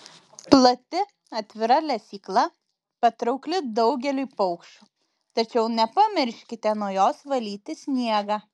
plati atvira lesykla patraukli daugeliui paukščių tačiau nepamirškite nuo jos valyti sniegą